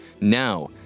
Now